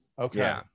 Okay